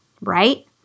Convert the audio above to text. right